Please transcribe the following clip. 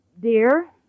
dear